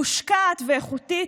מושקעת ואיכותית,